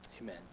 Amen